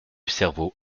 cerveau